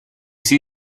see